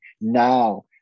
now